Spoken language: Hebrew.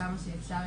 כמה שאפשר,